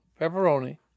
pepperoni